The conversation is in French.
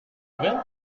nouvelle